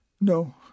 No